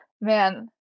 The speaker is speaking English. man